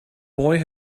boy